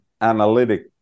analytic